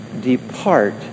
depart